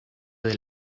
del